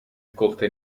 accolta